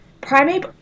Primate